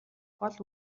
бол